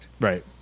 Right